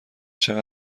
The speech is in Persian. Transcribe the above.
چقدر